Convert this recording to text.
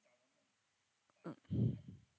ah